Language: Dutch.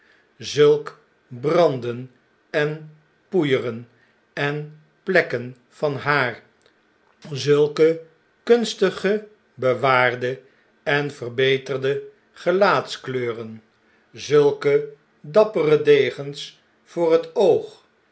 zulk branden en poeieren en plekken van haar zulke kunstig bewaarde en verbeterde gelaatskleuren zulke dappere degens voor het oog